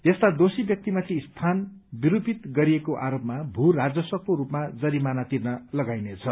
यस्ता दोषी व्यक्तिमाथि स्थान विरूपित गरिएको आरोपमा भू राजस्वको रूपमा जरिमाना तिर्न लगाइनेछ